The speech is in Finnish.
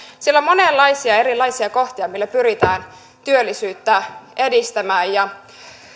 siellä on monenlaisia erilaisia kohtia millä pyritään työllisyyttä edistämään